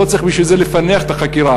לא צריך בשביל זה לפענח את החקירה.